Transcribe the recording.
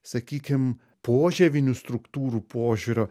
sakykim požievinių struktūrų požiūrio